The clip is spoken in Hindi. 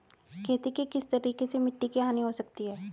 खेती के किस तरीके से मिट्टी की हानि हो सकती है?